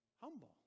humble